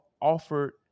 offered